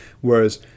whereas